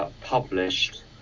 Published